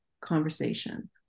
conversation